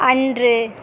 அன்று